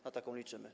Na taką liczymy.